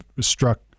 struck